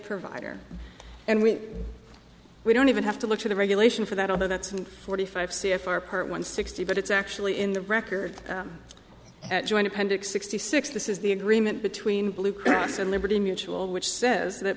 provider and we we don't even have to look to the regulation for that although that's in forty five c f r part one sixty but it's actually in the record at joint appendix sixty six this is the agreement between blue cross and liberty mutual which says that